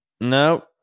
no